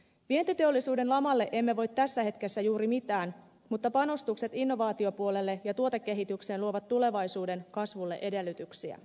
vientiteollisuuden lamalle emme voi tässä hetkessä juuri mitään mutta panostukset innovaatiopuolelle ja tuotekehitykseen luovat tulevaisuuden kasvulle edellytyksiä